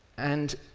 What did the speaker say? and,